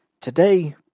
Today